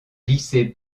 lycée